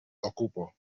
ocupo